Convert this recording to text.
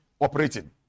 operating